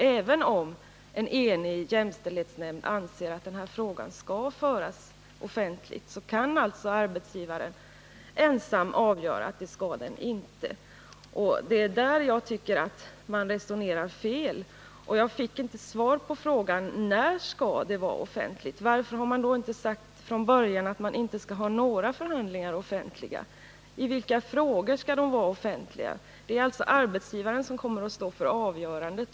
Även om en enig jämställdhetsnämnd anser att frågan skall diskuteras offentligt, kan alltså arbetsgivaren ensam avgöra att det inte skallske. Här tycker jag att man resonerar fel. Jag fick inte svar på frågan när diskussionen skall vara offentlig. Varför har man inte sagt från början att inga förhandlingar skall vara offentliga? Det är alltså arbetsgivaren som kommer att stå för avgörandet.